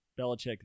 Belichick